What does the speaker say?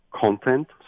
Content